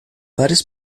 várias